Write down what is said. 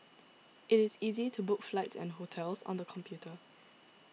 it is easy to book flights and hotels on the computer